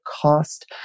cost